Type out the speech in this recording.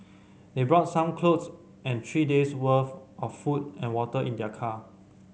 they brought some clothes and three days' worth of food and water in their car